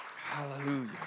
Hallelujah